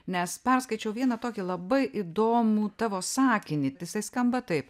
nes perskaičiau vieną tokį labai įdomų tavo sakinį jisai skamba taip